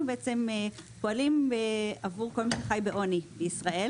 אנחנו פועלים עבור כל מי שחי בעוני בישראל